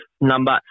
number